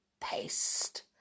paste